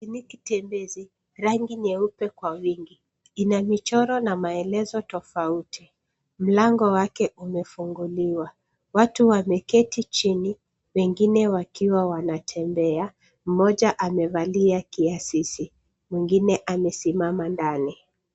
Kliniki tembezi. Rangi nyeupe kwa wingi. Ina michoro na maelezo tofauti . Mlango wake umefunguliwa. Watu wameketi chini wengine wakiwa wanatembea. Mmoja amevalia kiasisi. Mwingine amesimama ndani.